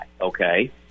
Okay